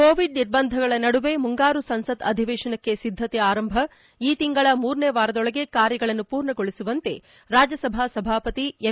Covid ನಿರ್ಬಂಧಗಳ ನಡುವೆ ಮುಂಗಾರು ಸಂಸತ್ ಅಧಿವೇಶನಕ್ಕೆ ಸಿದ್ದತೆ ಆರಂಭ ಈ ತಿಂಗಳ ಮೂರನೇ ವಾರದೊಳಗೆ ಕಾರ್ಯಗಳನ್ನು ಪೂರ್ಣಗೊಳಿಸುವಂತೆ ರಾಜ್ಯಸಭಾ ಸಭಾಪತಿ ಎಂ